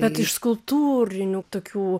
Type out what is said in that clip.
bet iš skulptūrinių tokių